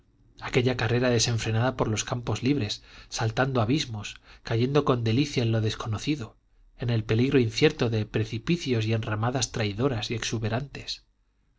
aquella carrera desenfrenada por los campos libres saltando abismos cayendo con delicia en lo desconocido en el peligro incierto de precipicios y enramadas traidoras y exuberantes